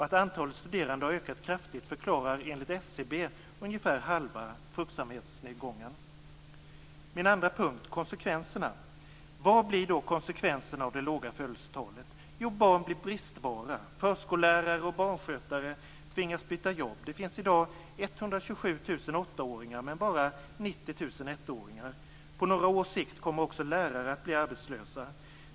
Att antalet studerande har ökat kraftigt förklarar, enligt SCB, ungefär halva fruktsamhetsnedgången. Min andra punkt gäller konsekvenserna. Vilka blir då konsekvenserna av det låga födelsetalet? Barn blir bristvara. Förskollärare och barnskötare tvingas byta jobb. Det finns i dag 127 000 åttaåringar men bara 90 000 ettåringar. På några års sikt kommer också lärare att bli arbetslösa.